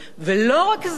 ולא רק זה,